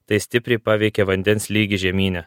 tai stipriai paveikė vandens lygį žemyne